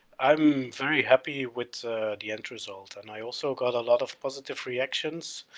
i'm very happy with the end result and i also got a lot of positive reactions,